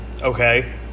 Okay